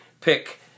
pick